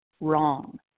wrong